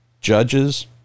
judges